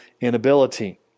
inability